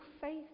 faith